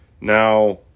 Now